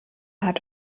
hat